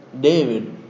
David